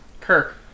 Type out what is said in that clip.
Kirk